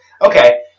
Okay